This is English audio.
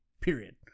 period